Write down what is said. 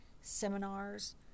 seminars